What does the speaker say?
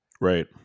Right